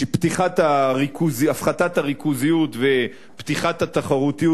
הפחתת הריכוזיות ופתיחת התחרותיות